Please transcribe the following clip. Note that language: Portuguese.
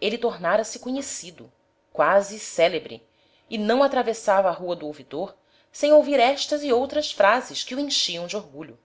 ele tornara-se conhecido quase célebre e não atravessava a rua do ouvidor sem ouvir estas e outras frases que o enchiam de orgulho